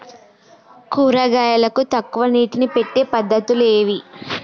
కూరగాయలకు తక్కువ నీటిని పెట్టే పద్దతులు ఏవి?